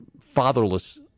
fatherless